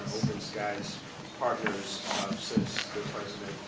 skies partners since the president